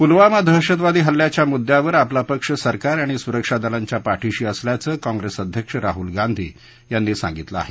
प्लवामा दहशतवादी हल्ल्याच्या मुद्द्यावर आपला पक्ष सरकार आणि सुरक्षा दलांच्या पाठिशी असल्याचं कॉप्रेस अध्यक्ष राहल गांधी यांनी सांगितलं आहे